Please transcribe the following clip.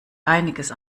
einiges